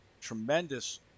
tremendous